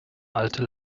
alte